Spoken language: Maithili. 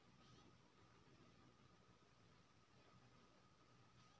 अपन मोबाइल बैंकिंग से बिजली बिल केने जमा हेते?